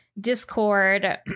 Discord